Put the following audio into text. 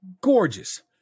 gorgeous